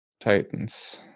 titans